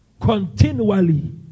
continually